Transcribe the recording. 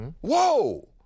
whoa